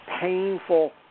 painful